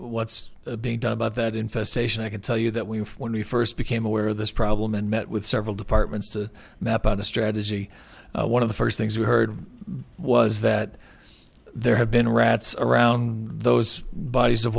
what's being done about that infestation i can tell you that we when we first became aware of this problem and met with several departments to map out a strategy one of the first things we heard was that there have been rats around those bodies of